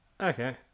Okay